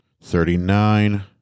thirty-nine